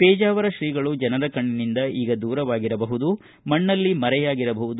ಪೇಜಾವರ ಶ್ರೀಪಾದಂಗಳವರು ಜನರ ಕಣ್ಣಿನಿಂದ ಈಗ ದೂರವಾಗಿರಬಹುದು ಮಣ್ಣಲ್ಲಿ ಮರೆಯಾಗಿರಬಹುದು